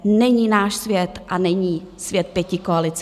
Není náš svět a není svět pětikoalice.